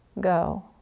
go